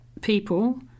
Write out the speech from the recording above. people